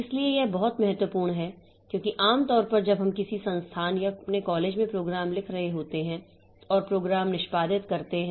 इसलिए यह बहुत महत्वपूर्ण है क्योंकि आम तौर पर जब हम किसी संस्थान या अपने कॉलेज में प्रोग्राम लिख रहे होते हैं और प्रोग्राम निष्पादित करते हैं